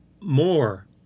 more